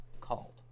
called